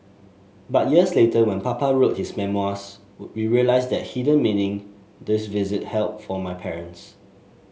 but years later when Papa wrote his memoirs we realised the hidden meaning this visit held for my parents